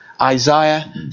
Isaiah